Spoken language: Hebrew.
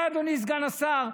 אתה, אדוני סגן השר,